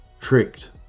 Tricked